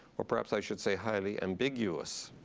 or perhaps, i should say, highly ambiguous.